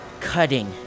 cutting